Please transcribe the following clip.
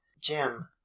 Jim